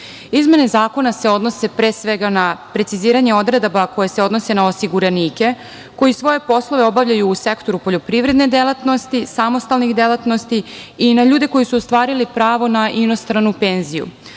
zakona se odnose pre svega na preciziranje odredaba koje se odnose na osiguranike koji svoje poslove obavljaju u sektoru poljoprivredne delatnosti, samostalnih delatnosti i na ljude koji su ostvarili pravo na inostranu penziju,